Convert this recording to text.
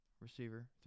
receiver